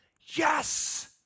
yes